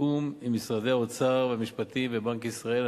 לתיאום עם משרד האוצר, משרד המשפטים ובנק ישראל.